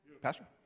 Pastor